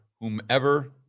whomever